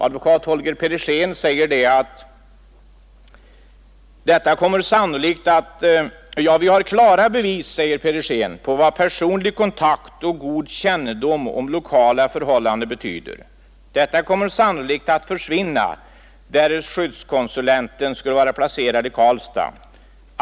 Advokat Holger Pedersén säger: ”Vi har klara bevis på vad personlig kontakt och god kännedom om lokala förhållanden betyder. Detta kommer sannolikt att försvinna därest skyddskonsulenten skulle vara placerad i Karlstad.